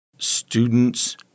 students